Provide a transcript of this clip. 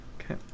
Okay